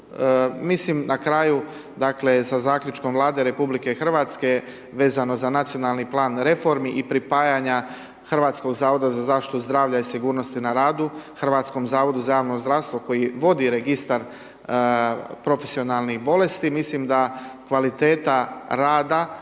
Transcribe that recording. Mislim na kraju, dakle, sa Zaključkom Vlade RH vezano za nacionalni plan reformi i pripajanja Hrvatskog zavoda za zaštitu zdravlja i sigurnosti na radu Hrvatskom zavodu za javno zdravstvo koje vodi registar profesionalnih bolesti mislim da kvaliteta rada